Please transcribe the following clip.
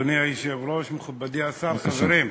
אדוני היושב-ראש, מכובדי השר, חברים,